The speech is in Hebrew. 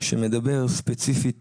שמדבר ספציפית